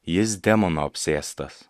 jis demono apsėstas